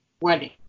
wedding